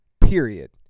Period